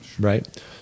Right